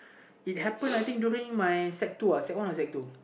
it happen I think during my sec two uh sec one or sec two